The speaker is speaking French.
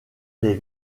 les